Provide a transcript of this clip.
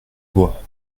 bois